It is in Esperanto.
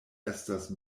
estas